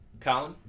colin